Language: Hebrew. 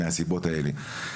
מהסיבות האלה.